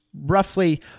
roughly